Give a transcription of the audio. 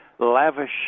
Lavish